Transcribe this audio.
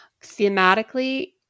thematically